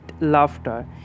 laughter